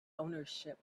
ownership